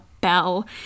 Bell